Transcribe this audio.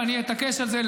ואני אתעקש על זה,